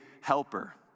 helper